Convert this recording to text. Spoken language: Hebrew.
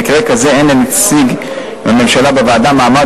ובמקרה כזה אין לנציג הממשלה בוועדה מעמד